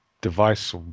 device